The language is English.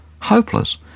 hopeless